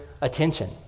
attention